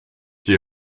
die